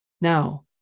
Now